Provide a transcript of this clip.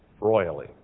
royally